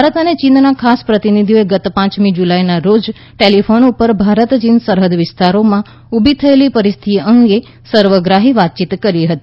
ભારત અને ચીનના ખાસ પ્રતિનિધિઓએ ગત પાંચમી જુલાઈના રોજ ટેલિફોન ઉપર ભારત ચીન સરહૃદ વિસ્તારોમાં ઉભી થયેલી પરિસ્થિતિ અંગે સર્વગ્રાહી વાતચીત કરી હતી